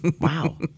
wow